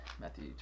matthew